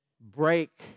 break